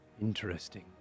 Interesting